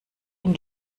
ihn